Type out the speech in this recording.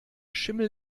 schimmel